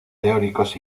teóricos